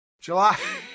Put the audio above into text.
July